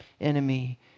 enemy